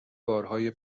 بارهای